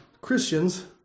Christians